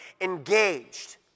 engaged